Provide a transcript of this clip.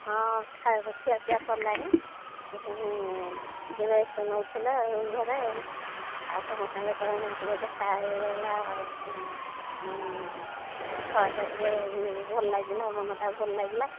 ହଁ ଖାଇବା ଖିଆ ପିଆ ସରିଲାଣି ଏଇ କ୍ଷଣି ଟିକେ ରେଷ୍ଟ୍ ନେଉ ଥିଲେ ଆଉ ଘରେ ଆଉ ତୁମ ସାଙ୍ଗରେ ପରା ଏଇନେ ଟିକେ ଦେଖା ହୋଇଗଲା କଥାବାର୍ତ୍ତା ଟିକେ ଭଲ ଲାଗିଲା ମନଟା ଭଲ ଲାଗିଲା